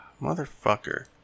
Motherfucker